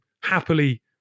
happily